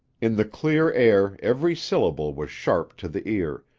in the clear air every syllable was sharp to the ear,